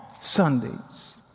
Sundays